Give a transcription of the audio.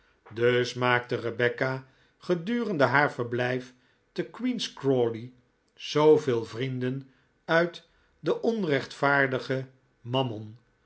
dus maakte rebecca gedurende haar verblijf te queen's crawley zooveel vrienden uit den onrechtvaardigen mammon